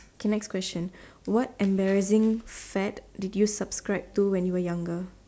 okay next question what embarrassing fad did you subscribe to when you were younger